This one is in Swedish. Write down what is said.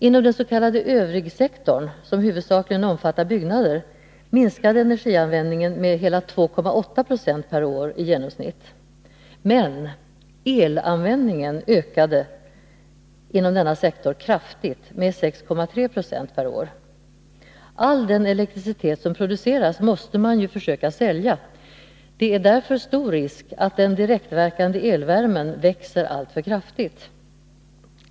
Inom den s.k. övrigsektorn, som huvudsakligen omfattar byggnader, minskade energianvändningen med 2,8 70 per år i genomsnitt. Men elanvändningen ökade inom denna sektor kraftigt, med 6,3 70 per år. All den elektricitet som produceras måste man ju försöka sälja. Det är därför stor risk att den direktverkande elvärmen växer alltför kraftigt.